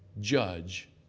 judge